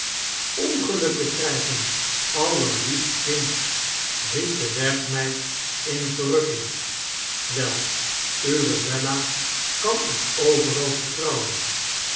ongeiukken krijgen allerliefst kind riep de werkmeid in verrukking wel uwe bella kan ik overal vertrouwen